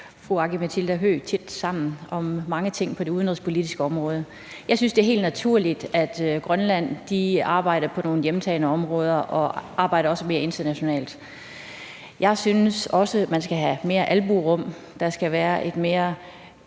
fru Aki-Matilda Høegh-Dam tæt sammen om mange ting på det udenrigspolitiske område. Jeg synes, det er helt naturligt, at Grønland arbejder på nogle hjemtagne områder og også arbejder mere internationalt. Jeg synes også, at man skal have mere albuerum, og at der skal være mere